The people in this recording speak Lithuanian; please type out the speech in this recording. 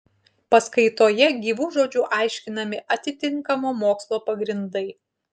paskaitoje gyvu žodžiu aiškinami atitinkamo mokslo pagrindai